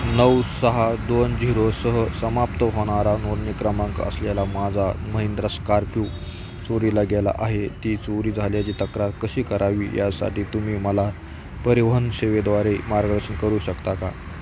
नऊ सहा दोन झिरो सह समाप्त होणारा नोंदणी क्रमांक असलेला माझा महिंद्रा स्कार्पिओ चोरीला गेला आहे ती चोरी झाल्याची तक्रार कशी करावी यासाठी तुम्ही मला परिवहन सेवेद्वारे मार्गदर्शन करू शकता का